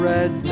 Red